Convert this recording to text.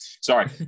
Sorry